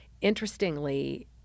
interestingly